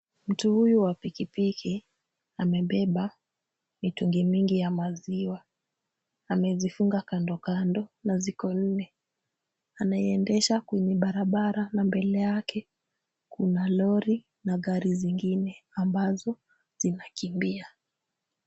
Mtu huyu wa pikipiki amebeba mitungi mingi ya maziwa, amezifunga kando kando na ziko nne. Anaiendesha kwenye barabara na mbele yake kuna lori na gari zingine ambazo zinakimbia.